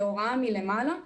בהוראה מלמעלה,